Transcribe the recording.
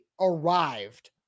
arrived